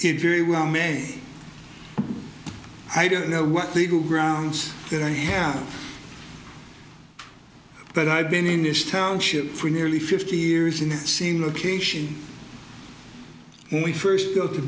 it very well may i don't know what legal grounds that i have but i've been in this township for nearly fifty years in the same location when we first go t